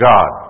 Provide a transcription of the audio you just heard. God